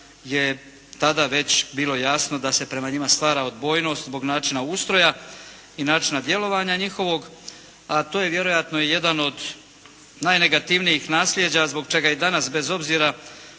je tada već bilo jasno da se prema njima stvara odbojnost zbog načina ustroja i načina djelovanja njihovog a to je vjerojatno i jedan od najnegativnijih nasljeđa zbog čega i danas bez obzira